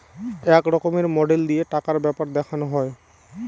এক রকমের মডেল দিয়ে টাকার ব্যাপার দেখানো হয়